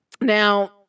now